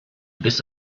bis